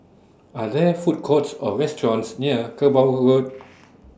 Are There Food Courts Or restaurants near Kerbau Road